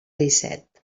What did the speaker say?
disset